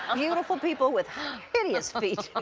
um beautiful people with hideous feet. um